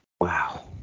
Wow